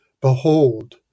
Behold